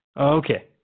Okay